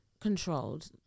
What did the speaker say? controlled